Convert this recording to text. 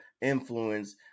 influence